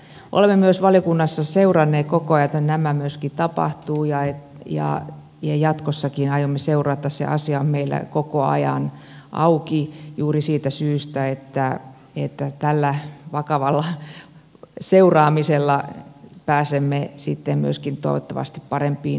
olemme myös valiokunnassa seuranneet koko ajan että nämä myöskin tapahtuvat ja jatkossakin aiomme seurata se asia on meillä koko ajan auki juuri siitä syystä että tällä vakavalla seuraamisella pääsemme sitten myöskin toivottavasti parempiin lopputuloksiin